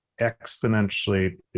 exponentially